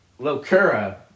locura